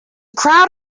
crowd